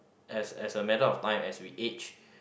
as as a matter of time as we aged